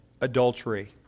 adultery